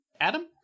Adam